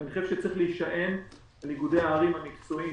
אני חושב שצריך להישען על איגודי הערים המקצועיים